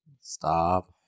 Stop